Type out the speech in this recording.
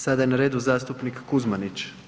Sada je na redu zastupnik Kuzmanić.